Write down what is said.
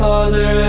Father